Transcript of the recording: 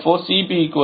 4 Cp 1